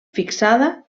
fixada